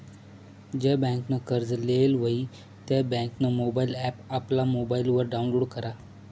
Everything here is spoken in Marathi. ज्या बँकनं कर्ज लेयेल व्हयी त्या बँकनं मोबाईल ॲप आपला मोबाईलवर डाऊनलोड करा